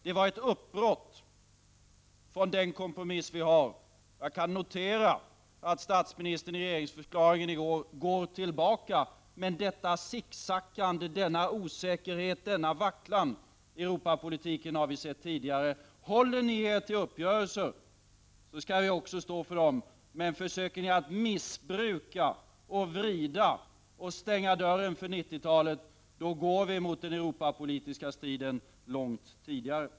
Det var ett uppbrott ifrån den kompromiss vi har. Jag kan notera att statsministern i regeringsförklaringen går tillbaka, men detta sicksackande, denna osäkerhet, denna vacklan i Europapolitiken har vi sett tidigare. Håller ni er till uppgörelser skall vi också stå för dem, men försöker ni att missbruka och vrida dem och stänga dörren för 90-talet, går vi mot den Europapolitiska striden långt tidigare.